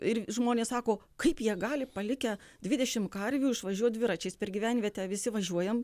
ir žmonės sako kaip jie gali palikę dvidešim karvių išvažiuot dviračiais per gyvenvietę visi važiuojam